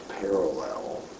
parallel